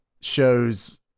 shows